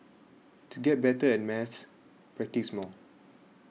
to get better at maths practise more